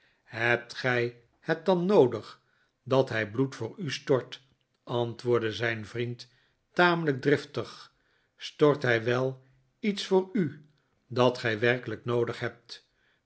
hebt gij het dan noodig dat hij bloed voor u stort antwoordde zijn vriend tamelijk driftig stort hij wel iets voor u dat gij werkelijk noodig hebt